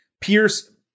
Pierce